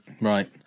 Right